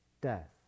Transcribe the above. death